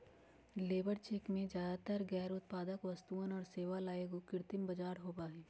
labour check में ज्यादातर गैर उत्पादक वस्तुअन और सेवा ला एगो कृत्रिम बाजार होबा हई